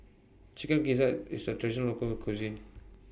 Chicken Gizzard IS A Traditional Local Cuisine